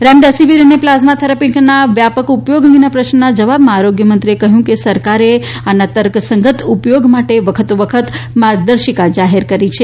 remdesivir અને plasma થેરાપીના વ્યાપક ઉપયોગ અંગેના પ્રશ્નના જવાબમાં આરોગ્ય મંત્રીએ કહ્યું કે સરકારે આના તકસંગત ઉપયોગ માટે વખતો વખત માર્ગદર્શિકા જાહેર કરી છે